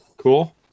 Cool